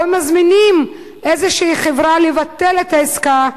או אם מזמינים איזו חברה לבטל את העסקה,